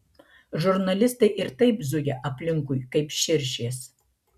žurnalistai ir taip zuja aplinkui kaip širšės